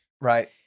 Right